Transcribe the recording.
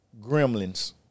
Gremlins